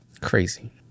Crazy